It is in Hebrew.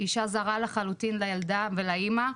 אישה זרה לחלוטין לילדה ולאמא,